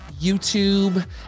YouTube